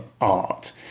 art